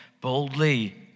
boldly